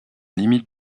limite